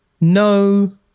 no